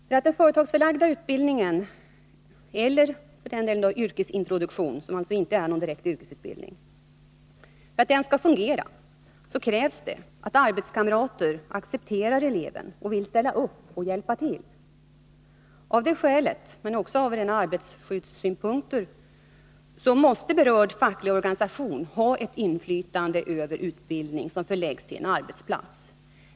För att den företagsförlagda utbildningen eller yrkesintroduktionen, som Nr 120 alltså inte är någon direkt yrkesutbildning, skall fungera krävs det att Onsdagen den arbetskamrater accepterar eleven och vill ställa upp och hjälpa till. Av detta 22 april 1981 skäl men också med hänsyn till rena arbetarskyddssynpunkter måste berörd facklig organisation ha inflytande över den utbildning som förläggs till en arbetsplats.